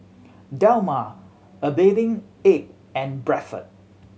Dilmah A Bathing Ape and Bradford